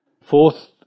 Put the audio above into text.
Fourth